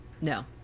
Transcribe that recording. No